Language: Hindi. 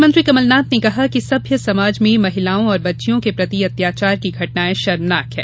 मुख्यमंत्री कमल नाथ ने कहा कि सभ्य समाज में महिलाओं और बच्चियों के प्रति अत्याचार की घटनायें शर्मनाक हैं